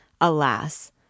Alas